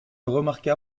remarqua